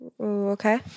Okay